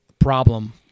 Problem